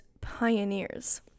pioneers